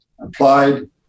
applied